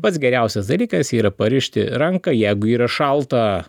pats geriausias dalykas yra parišti ranką jeigu yra šalta